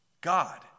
God